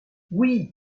oui